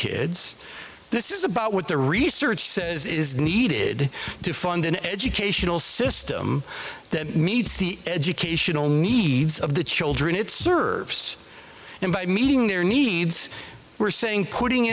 kids this is about what the research says is needed to fund an educational system that meets the educational needs of the children it serves and by meeting their needs we're saying putting